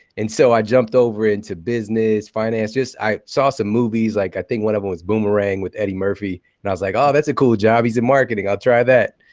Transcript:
and so i jumped over into business, finance. i saw some movies. like i think one of them was boomerang with eddie murphy, and i was like, oh, that's a cool job. he's in marketing. i'll try that.